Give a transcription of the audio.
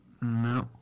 No